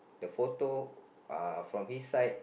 the photo uh from each side